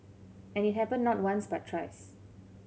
and it happened not once but thrice